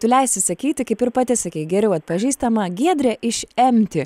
tu leisi sakyti kaip ir pati sakei geriau atpažįstama giedrė iš empti